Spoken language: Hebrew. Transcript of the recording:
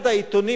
אחד העיתונים,